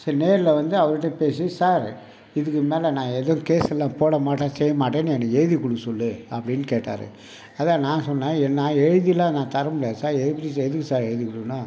சரி நேரில் வந்து அவர்கிட்ட பேசி சார் இதுக்கு மேல் நான் எதுவும் கேஸ்லாம் போட மாட்டேன் செய்ய மாட்டேன்னு எனக்கு எழுதிக் கொடுக்க சொல் அப்படீனு கேட்டார் அதான் நான் சொன்னேன் நான் எழுதிலாம் தர முடியாது சார் எப்படி எதுக்கு சார் எழுதிக் கொடுக்கணும்